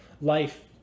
Life